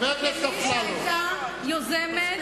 כמי שהיתה יוזמת של הצעת החוק להארכת חופשת הלידה.